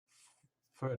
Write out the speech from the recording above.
fünf